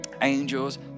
Angels